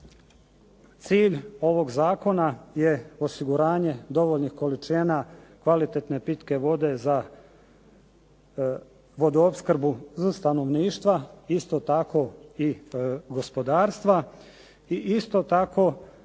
Cilj ovog zakona je osiguranje dovoljnih količina kvalitetne pitke vode za vodoopskrbu stanovništva, isto tako i gospodarstva i isto tako